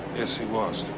yes, he was.